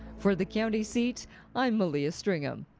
for the county seat i'm malia stringham.